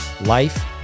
Life